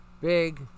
big